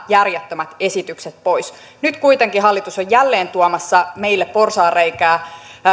järjettömät esitykset pois nyt kuitenkin hallitus on jälleen tuomassa meille porsaanreikää